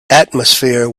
atmosphere